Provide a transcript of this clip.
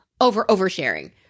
over-oversharing